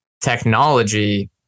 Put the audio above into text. technology